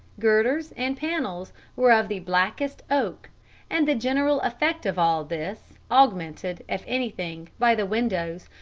girders and panels were of the blackest oak and the general effect of all this, augmented, if anything, by the windows,